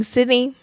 Sydney